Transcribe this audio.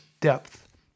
depth